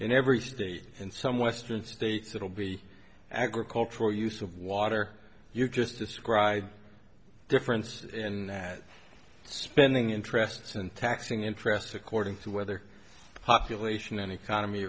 in every state and some western states it'll be agriculture use of water you just described difference in that spending interests and taxing interests according to whether population and economy